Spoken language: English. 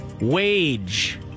Wage